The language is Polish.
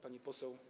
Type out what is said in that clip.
Pani Poseł!